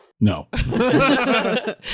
No